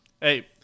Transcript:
hey